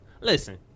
listen